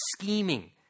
scheming